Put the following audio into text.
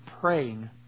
praying